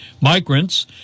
migrants